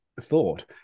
thought